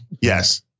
Yes